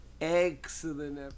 excellent